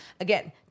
Again